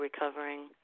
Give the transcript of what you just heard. recovering